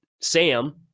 Sam